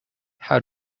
how